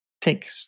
take